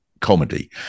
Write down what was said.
comedy